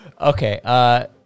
Okay